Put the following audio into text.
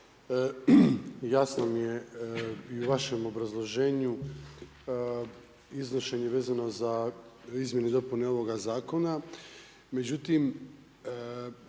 Jasno mi je i u vašem obrazloženju, iznošenje vezano za izmjene i dopune ovoga zakona.